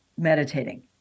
Meditating